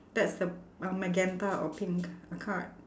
that's the uh magenta or pink uh card